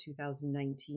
2019